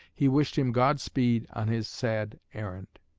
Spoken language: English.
he wished him god-speed on his sad errand.